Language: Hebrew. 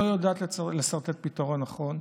לא יודעת לסרטט פתרון נכון,